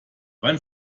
wann